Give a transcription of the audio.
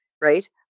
right